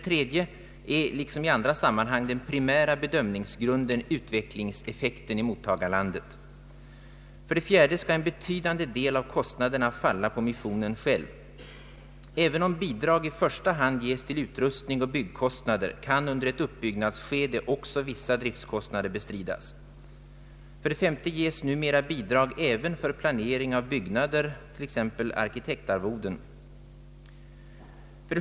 3) Liksom i andra sammanhang är den primära bedömningsgrunden utvecklingseffekten i mottagarlandet. 4) En betydande del av kostnaderna skall falla på missionen själv. även om bidrag i första hand ges till utrustning och byggkostnader, kan under ett uppbyggnadsskede också vissa driftskostnader bestridas. 5) Numera kan bidrag ges även för planering av byggnader, såsom arkitektarvoden.